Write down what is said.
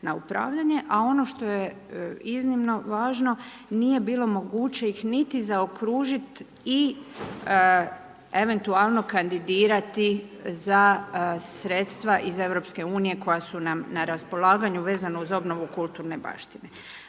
na upravljanje, a ono što je iznimno važno, nije bilo moguće niti ih zaokružiti i eventualno kandidirati za sredstva iz EU koja su nam na raspolaganju vezano uz obnovu kulturne baštine.